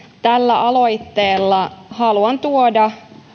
tällä aloitteella haluan tuoda